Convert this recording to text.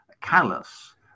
callous